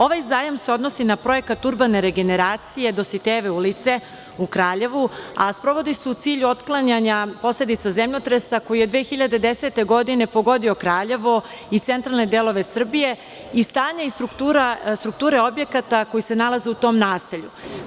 Ovaj zajam se odnosi na projekat urbane generacije Dositejeve ulice u Kraljevu, a sprovodi se u cilju otklanjanja posledica zemljotresa koji je 2010. godine pogodio Kraljevo i centralne delove Srbije i stanje i struktura objekata koji se nalaze u tom naselju.